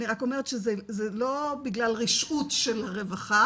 אני רק אומרת שזה לא בגלל רשעות של הרווחה,